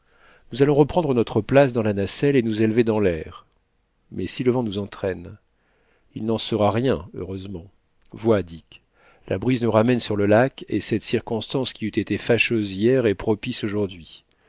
nous allons reprendre notre place dans la nacelle et nous élever dans l'air mais si le vent nous entraîne il n'en sera rien heureusement vois dick la brise nous ramène sur le lac et cette circonstance qui eut été fâcheuse hier est propice aujourd'hui